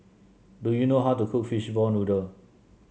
do you know how to cook Fishball Noodle